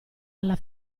alla